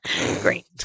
Great